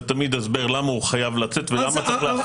זה תמיד הסבר למה הוא חייב לצאת ולמה צריך להחריג אותו.